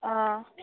অঁ